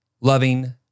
loving